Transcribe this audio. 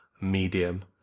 medium